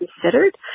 considered